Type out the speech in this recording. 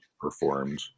performed